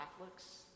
Catholics